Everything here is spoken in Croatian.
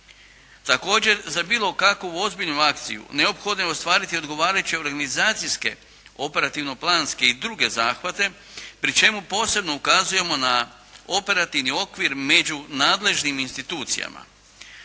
Također, za bilo kakvu ozbiljnu akciju, neophodno je ostvariti odgovarajuće organizacijske operativno-planske i druge zahvate, pri čemu posebno ukazujemo na operativni okvir među nadležnim institucijama.